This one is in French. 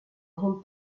grande